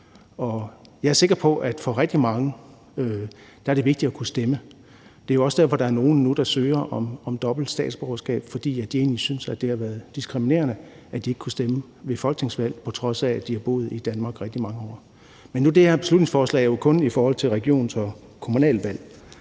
Jeg er sikker på, at det for rigtig mange er vigtigt at kunne stemme. Det er også derfor, at der nu er nogle, der søger om dobbelt statsborgerskab, fordi de egentlig synes, at det har været diskriminerende, at de ikke har kunnet stemme ved folketingsvalg, på trods af at de har boet i Danmark i rigtig mange år. Nu er det her beslutningsforslag jo kun om regions- og kommunalvalg,